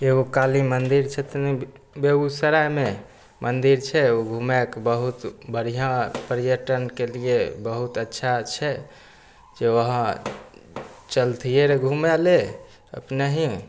एगो एगो काली मंदिर छथिन बेगूसरायमे मंदिर छै ओ घूमेके बहुत बढ़िआँ पर्यटनके लिए बहुत अच्छा छै जे वहाँ चलतिऐ रऽ घूमे ले